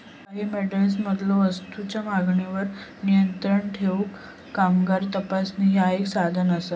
काही मॉडेल्समधलो वस्तूंच्यो मागणीवर नियंत्रण ठेवूक कामगार तपासणी ह्या एक साधन असा